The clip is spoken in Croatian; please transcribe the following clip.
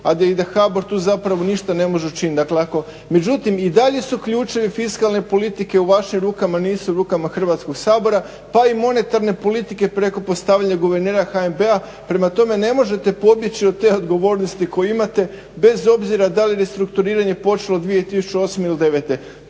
u RH a da HBOR tu ne može ništa učiniti. Međutim i dalje su ključevi fiskalne politike u vašim rukama, nisu u rukama Hrvatskog sabora pa i monetarne politike preko postavljanja guvernera HNB-a. prema tome ne možete pobjeći od te odgovornosti koju imate bez obzira da li restrukturiranje počelo 2008.ili